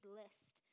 list